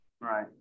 Right